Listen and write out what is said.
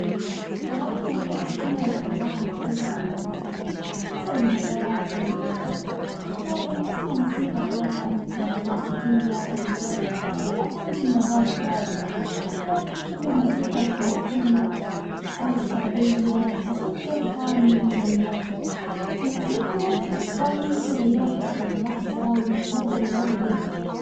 بصراحة أحب أستمع لأنواع مختلفة من الموسيقى، حسب المزاج والمناسبة، أحيانا أسمع موسيقى هادئة مثل الكلاسيكية أو الجاز، لما أكون في مزاج هادي، وأحيانا نحب الموسيقى الحماسية، أو الشعبية عشان ترفع من معنوياتي، فالموسيقي بالنسبة لي متغيرة حسب اللحظة، والمزاج اللي مر به.